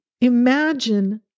Imagine